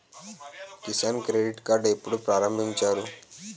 Kisan credit card ఎప్పుడు ప్రారంభించారు?